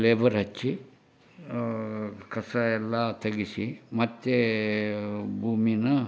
labour ಹಚ್ಚಿ ಕಸ ಎಲ್ಲ ತೆಗಿಸಿ ಮತ್ತೆ ಭೂಮಿನ